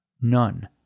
none